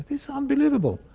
it's unbelievable.